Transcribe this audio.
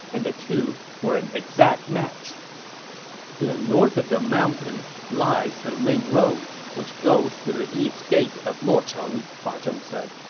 and the two were an exact match to the north of mountains lies the main road, which goes to the east gate of luocheng, fa zheng said.